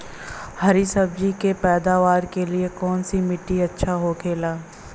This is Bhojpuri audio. हरी सब्जी के पैदावार के लिए कौन सी मिट्टी अच्छा होखेला?